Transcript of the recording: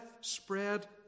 spread